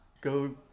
go